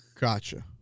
Gotcha